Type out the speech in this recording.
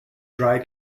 dry